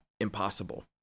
impossible